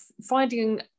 finding